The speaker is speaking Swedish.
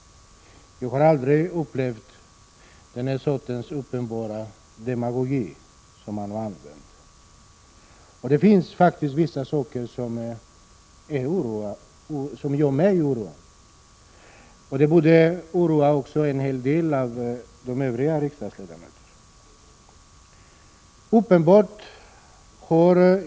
Jag har aldrig upplevt den här sortens uppenbara demagogi. Det finns faktiskt vissa saker som gör mig oroad och som faktiskt borde oroa en hel del av de övriga riksdagsledamöterna.